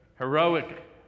heroic